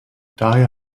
daher